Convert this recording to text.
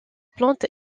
plante